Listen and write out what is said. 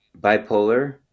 bipolar